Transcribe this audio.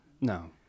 No